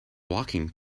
walking